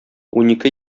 унике